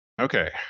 okay